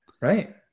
Right